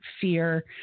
fear